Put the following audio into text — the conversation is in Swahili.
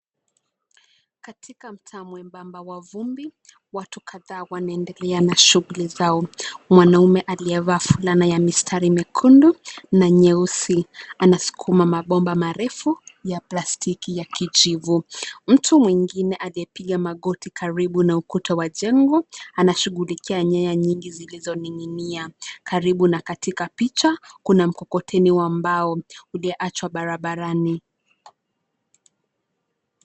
Katika mtaa mwembamba wa vumbi watu kadhaa wanaendelea na shughuli zao. Mwanaume aliyevaa fulana ya mistari mekundu na nyeusi anasukuma mabomba marefu ya plastiki ya kijivu. Mtu mwingine aliyepiga magoti karibu na ukuta wa jengo anashughulikia nyaya nyingi zilizoning'inia. Karibu na katika picha kuna mkokoteni wa mbao uliyeachwa barabarani.